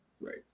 Right